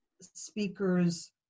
speakers